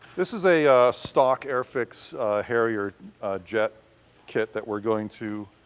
this is a stock airfix harrier jet kit that we're going to